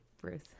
Bruce